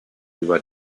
über